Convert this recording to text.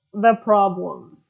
the problems.